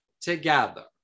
together